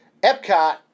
Epcot